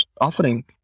offering